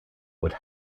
would